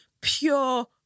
pure